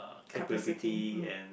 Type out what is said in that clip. capability and